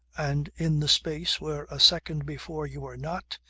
and in the space where a second before you were not,